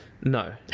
No